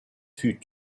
fut